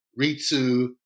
Ritsu